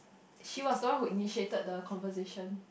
she was the one who initiated the conversation